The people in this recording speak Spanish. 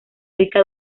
rica